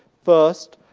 first,